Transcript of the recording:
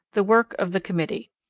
the work of the committee.